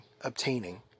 obtaining